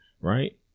right